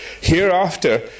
Hereafter